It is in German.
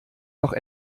noch